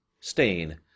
Stain